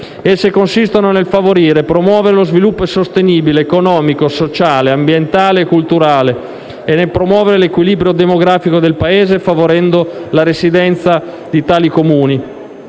Esse consistono nel favorire e promuovere lo sviluppo sostenibile economico, sociale, ambientale e culturale, nel promuovere l'equilibrio demografico del Paese, favorendo la residenza in tali Comuni,